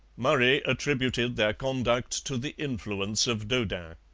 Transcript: murray attributed their conduct to the influence of daudin.